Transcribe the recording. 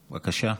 בבקשה.